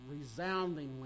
Resoundingly